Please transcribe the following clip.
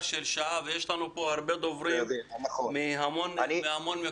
של שעה ויש לנו פה הרבה דוברים מהמון מקומות.